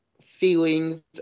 feelings